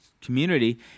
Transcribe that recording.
community